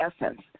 essence